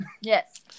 Yes